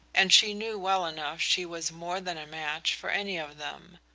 and she knew well enough she was more than a match for any of them.